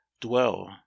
dwell